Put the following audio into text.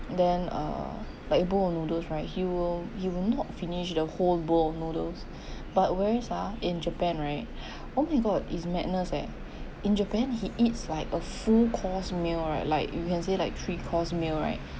then err like a bowl of noodles right he will he will not finish the whole bowl of noodles but whereas ah in japan right oh my god is madness eh in japan he eats like a full course meal right like you can say like three course meal right